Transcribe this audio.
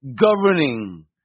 governing